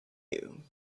you